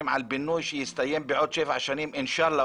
על בינוי שיסתיים בעוד שבע שנים אינשאללה,